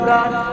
God